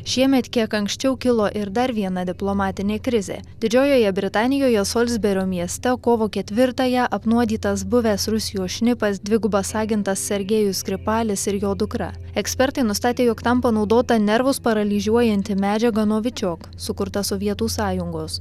šiemet kiek anksčiau kilo ir dar viena diplomatinė krizė didžiojoje britanijoje solsberio mieste kovo ketvirtąją apnuodytas buvęs rusijos šnipas dvigubas agentas sergėjus skripalis ir jo dukra ekspertai nustatė jog tam panaudota nervus paralyžiuojanti medžiaga novičiok sukurtas sovietų sąjungos